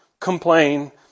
Complain